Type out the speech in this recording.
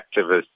activists